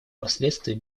последствий